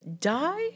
die